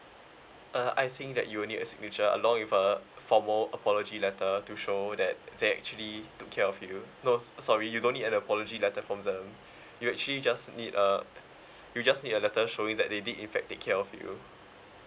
uh I think that you will need a signature along with a formal apology letter to show that they actually took care of you no sorry you don't need an apology letter from them you actually just need a you just need a letter showing that they did in fact take care of you